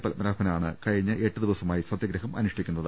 പത്മനാ ഭനാണ് കഴിഞ്ഞ എട്ടുദിവസമായി സത്യഗ്രഹമനുഷ്ഠിക്കുന്നത്